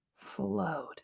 Flowed